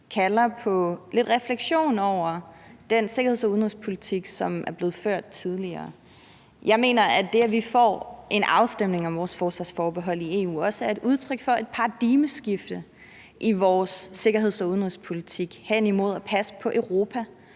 kalder på lidt refleksion over den sikkerheds- og udenrigspolitik, som er blevet ført tidligere. Jeg mener, at det, at vi får en afstemning om vores forsvarsforbehold i EU, også er et udtryk for et paradigmeskifte i vores sikkerheds- og udenrigspolitik hen imod at passe på Europa